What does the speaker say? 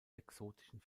exotischen